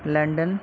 London